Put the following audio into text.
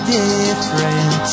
different